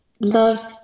love